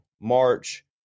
March